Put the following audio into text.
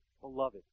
beloved